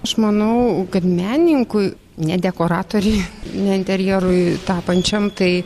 aš manau kad menininkui ne dekoratoriui ne interjerui tapančiam tai